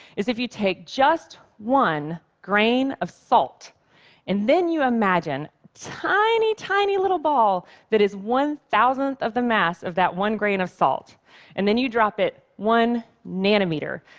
is if you take just one grain of salt and then you imagine a tiny, tiny, little ball that is one thousandth of the mass of that one grain of salt and then you drop it one nanometer,